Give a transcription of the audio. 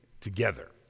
together